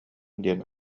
диэн